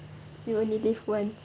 you only live once